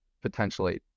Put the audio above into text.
potentially